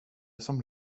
som